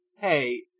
hey